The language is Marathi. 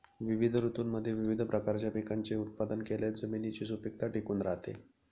विविध ऋतूंमध्ये विविध प्रकारच्या पिकांचे उत्पादन केल्यास जमिनीची सुपीकता टिकून राहते